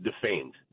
defamed